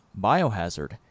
Biohazard